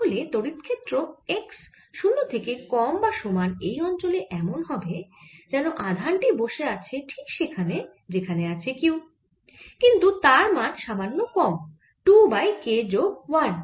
তাহলে তড়িৎ ক্ষেত্র x 0 থেকে কম বা সমান এই অঞ্চলে এমন হবে যেন আধান টি বসে আছে ঠিক সেখানে যেখানে আছে q কিন্তু তার মান সামান্য কম 2 বাই k যোগ 1